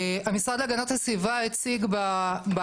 המשרד להגנת הסביבה הציג